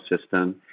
system